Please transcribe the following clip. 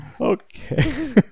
Okay